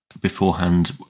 beforehand